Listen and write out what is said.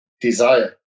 desire